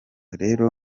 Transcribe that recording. rero